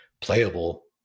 playable